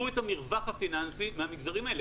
המרווח הפיננסי מהמגזרים האלה.